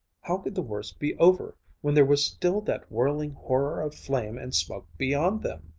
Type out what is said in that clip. how could the worst be over, when there was still that whirling horror of flame and smoke beyond them?